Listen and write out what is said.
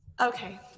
Okay